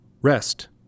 Rest